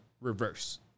reverse